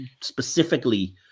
specifically